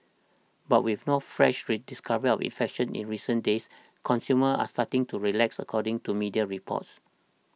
but with no fresh discoveries of infections in recent days consumers are starting to relax according to media reports